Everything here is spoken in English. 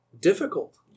difficult